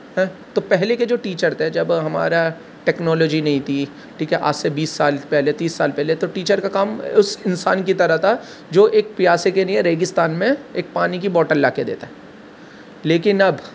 ہیں تو پہلے کے جو ٹیچر تھے جب ہمارا ٹیکنالوجی نہیں تھی ٹھیک ہے آج سے بیس سال پہلے تیس سال پہلے تو ٹیچر کا کام اس انسان کی طرح تھا جو ایک پیاسے کے نیے ایک ریگستان میں ایک پانی کی بوٹل لا کے دیتا لیکن اب